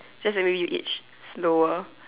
just that maybe age slower